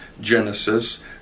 Genesis